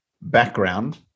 background